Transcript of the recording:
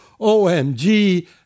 OMG